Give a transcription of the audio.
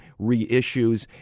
reissues